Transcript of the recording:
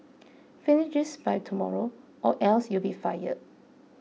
finish this by tomorrow or else you'll be fired